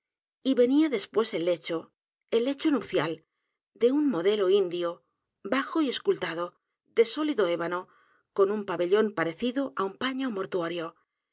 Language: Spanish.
y venía después el lecho el lecho nupcial de un modelo indio bajo y escultado de sólido ébano con un pabellón parecido á un paño mortuorio